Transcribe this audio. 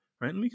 right